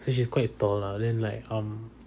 so she's quite tall lah and then like um